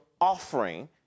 offering